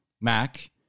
Mac